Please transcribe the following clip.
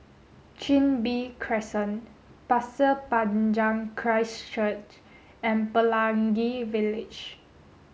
Chin Bee Crescent Pasir Panjang Christ Church and Pelangi Village